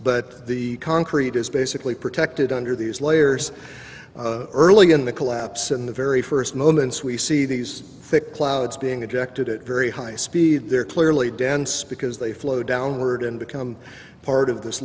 but the concrete is basically protected under these layers early in the collapse in the very first moments we see these thick clouds being ejected at very high speed they're clearly dense because they flow downward and become part of this